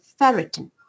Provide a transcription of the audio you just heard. ferritin